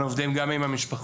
אנחנו עובדים גם עם המשפחות